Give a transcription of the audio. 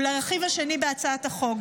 ולרכיב השני בהצעת החוק.